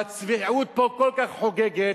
והצביעות פה כל כך חוגגת,